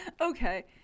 Okay